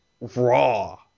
raw